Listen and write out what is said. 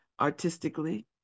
artistically